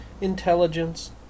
Intelligence